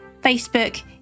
Facebook